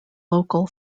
local